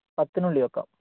പത്തിനുള്ളിൽ വെക്കാം